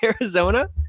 Arizona